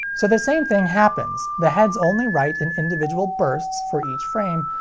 so, the same thing happens. the heads only write in individual bursts for each frame,